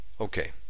Okay